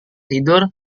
tidur